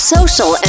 Social